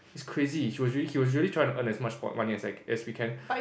it's crazy he was he was really tryna earn as much money as he can